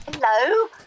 Hello